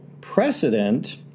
precedent